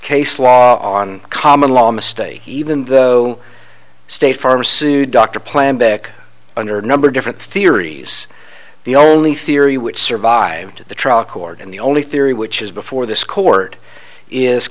case law on common law mistake even though state farm sued dr plan back under a number of different theories the only theory which survived the trial court and the only theory which is before this court is